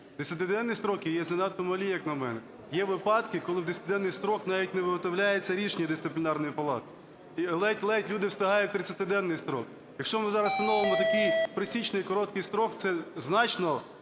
10-денні строки є занадто малі, як на мене. Є випадки, коли в 10-денний строк навіть не виготовляється рішення Дисциплінарної палати. Ледь-ледь люди встигають в 30-денний строк. Якщо ми зараз встановимо такий пресічний короткий строк, це значно